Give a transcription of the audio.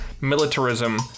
militarism